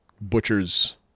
Butcher's